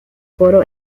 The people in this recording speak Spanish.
coro